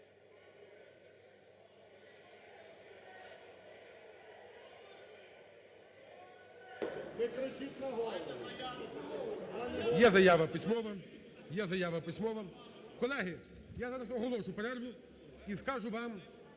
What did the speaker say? Є заява письмова. Колеги, я зараз оголошу перерву і скажу вам,